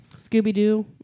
Scooby-Doo